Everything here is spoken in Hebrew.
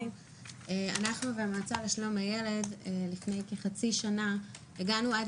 אנחנו והמועצה לשלום הילד לפני כחצי שנה הגענו עד